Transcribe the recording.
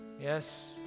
yes